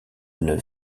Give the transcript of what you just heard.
une